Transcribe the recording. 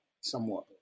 somewhat